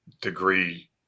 degree